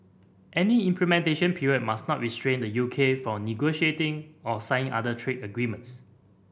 any implementation period must not restrain the U K from negotiating or signing other trade agreements